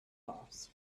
boss